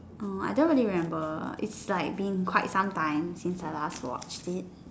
oh I don't really remember it's like been quite some time since I last watched it